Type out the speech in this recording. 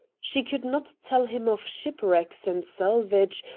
she could not tell him of shipwrecks and salvage,